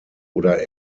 oder